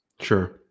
Sure